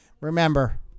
Remember